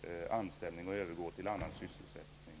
sin anställning och övergå till annan sysselsättning.